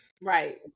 Right